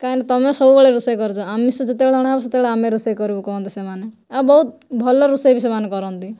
କାହିଁକିନା ତୁମେ ସବୁବେଳେ ରୋଷେଇ କରୁଛ ଆମିଷ ଯେତେବେଳେ ଅଣାହେବ ସେତେବେଳେ ଆମେ ରୋଷେଇ କରିବୁ କୁହନ୍ତି ସେମାନେ ଆଉ ବହୁତ ଭଲ ରୋଷେଇ ବି ସେମାନେ କରନ୍ତି